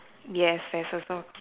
yes there's also